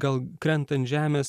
gal krenta ant žemės